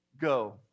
go